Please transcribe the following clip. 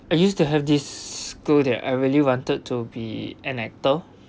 I used to have this goal that I really wanted to be an actor